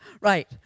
Right